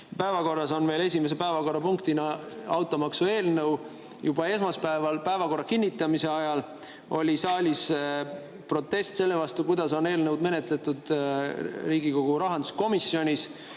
Päevakorras on meil esimese päevakorrapunktina automaksu eelnõu. Juba esmaspäeval päevakorra kinnitamise ajal oli saalis protest selle vastu, kuidas on eelnõu menetletud Riigikogu rahanduskomisjonis: